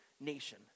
nation